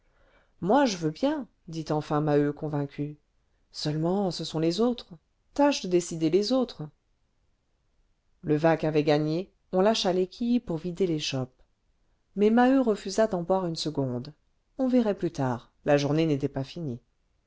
moi je veux bien dit enfin maheu convaincu seulement ce sont les autres tâche de décider les autres levaque avait gagné on lâcha les quilles pour vider les chopes mais maheu refusa d'en boire une seconde on verrait plus tard la journée n'était pas finie